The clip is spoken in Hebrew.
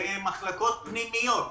במחלקות פנימיות.